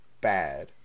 bad